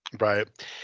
Right